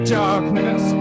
darkness